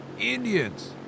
Indians